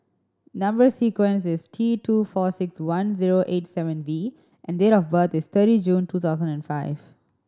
number sequence is T two four six one zero eight seven V and date of birth is thirty June two thousand and five